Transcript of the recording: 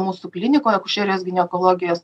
mūsų klinikoj akušerijos ginekologijos